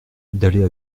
d’aller